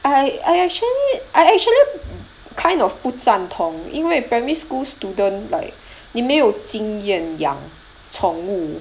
I I actually I actually kind of 不赞同因为 primary school student like 你没有经验养宠物